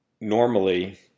normally